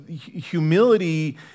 humility